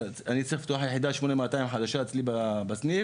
אני צריך לפתוח יחידה 8200 חדשה אצלי בסניף,